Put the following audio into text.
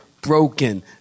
broken